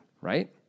right